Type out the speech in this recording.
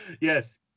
yes